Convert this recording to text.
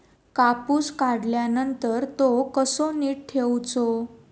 कापूस काढल्यानंतर तो कसो नीट ठेवूचो?